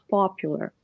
popular